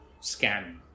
scam